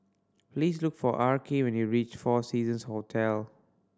please look for Arkie when you reach Four Seasons Hotel